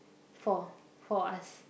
four four of us